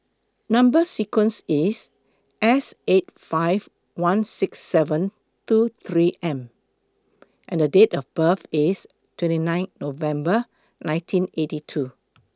Number sequence IS S eight five one six seven two three M and Date of birth IS twenty nine November nineteen eighty two